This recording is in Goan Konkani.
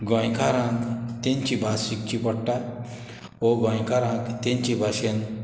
गोंयकारांक तेंची भास शिकची पोडटा वो गोंयकारांक तेंची भाशेन